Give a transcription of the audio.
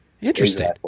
Interesting